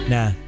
Now